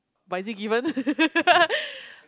but it is given